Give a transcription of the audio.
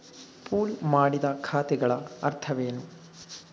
Pool ಮಾಡಿದ ಖಾತೆಗಳ ಅರ್ಥವೇನು?